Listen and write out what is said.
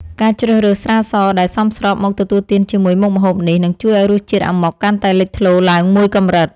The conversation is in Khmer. ការជ្រើសរើសស្រាសដែលសមស្របមកទទួលទានជាមួយមុខម្ហូបនេះនឹងជួយឱ្យរសជាតិអាម៉ុកកាន់តែលេចធ្លោឡើងមួយកម្រិត។